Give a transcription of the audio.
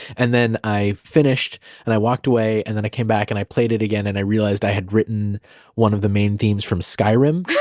and then i finished and i walked away, and then i came back and i played it again and i realized i had written one of the main themes from skyrim